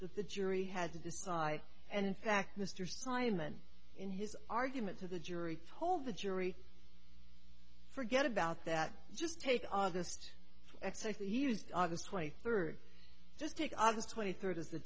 that the jury had to decide and in fact mr simon in his argument to the jury told the jury forget about that just take august excise the use august twenty third just take august twenty third as